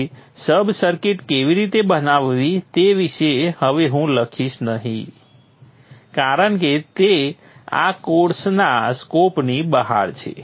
તેથી sub circuit કેવી રીતે બનાવવી તે વિશે હવે હું લખીશ નહીં કારણ કે તે આ કોર્સના સ્કોપની બહાર છે